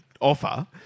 Offer